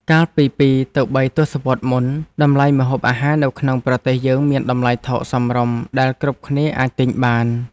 កាលពីពីរទៅបីទសវត្សរ៍មុន តម្លៃម្ហូបអាហារនៅក្នុងប្រទេសយើងមានតម្លៃថោកសមរម្យដែលគ្រប់គ្នាអាចទិញបាន។